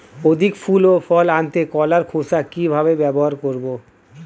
অধিক ফুল ও ফল আনতে কলার খোসা কিভাবে ব্যবহার করব?